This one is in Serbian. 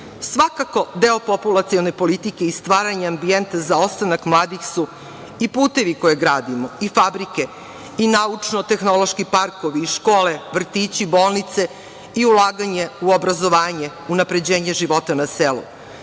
Svakako deo populacione politike i stvaranje ambijenta za ostanak mladih su i putevi koje gradimo i fabrike i naučno-tehnološki parkovi i škole, vrtići, bolnice i ulaganje u obrazovanje, unapređenje života na selu.